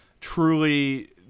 truly